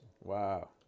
Wow